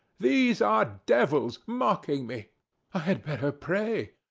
these are devils, mocking me. i had better pray.